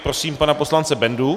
Prosím pana poslance Bendu.